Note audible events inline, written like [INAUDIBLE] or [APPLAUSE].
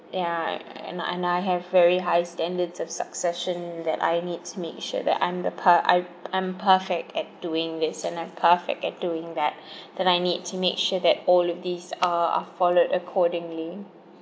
ya and I and I have very high standards of succession that I need to make sure that I'm the per~ I I'm perfect at doing this and I'm perfect at doing that [BREATH] then I need to make sure that all of these are are followed accordingly